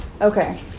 Okay